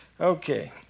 Okay